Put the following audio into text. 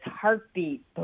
heartbeat